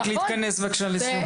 רק להתכנס בבקשה לסיום.